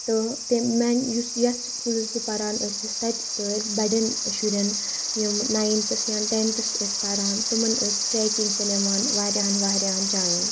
تہٕ تٔمۍ میٛانہِ یُس یَتھ سکوٗلَس بہٕ پَران ٲسٕس تَتہِ ٲسۍ بَڑیٚن شُریٚن یِم ناینتھَس یاں ٹیٚنتھَس ٲسۍ پَران تِمَن ٲسۍ ٹرٛیکِنٛگ تہِ نِوان واریاہَن واریاہَن جایَن